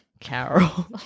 Carol